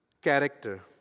character